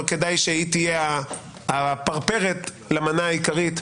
אבל כדאי שהיא תהיה הפרפרת למנה העיקרית,